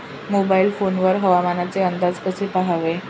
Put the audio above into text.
Mobile phone वर हवामानाचे अंदाज कसे पहावे?